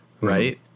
Right